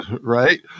Right